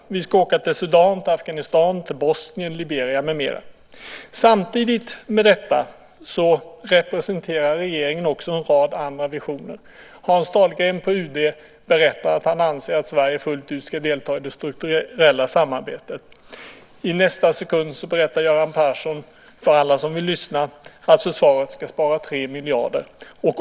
Vi ska åka till Sudan, till Afghanistan, till Bosnien, till Liberia med mera. Samtidigt med detta representerar regeringen också en rad andra visioner. Hans Dahlgren på UD berättar att han anser att Sverige fullt ut ska delta i det strukturella samarbetet. I nästa sekund berättar Göran Persson för alla som vill lyssna att försvaret ska spara 3 miljarder.